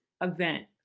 event